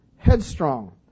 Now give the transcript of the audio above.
Headstrong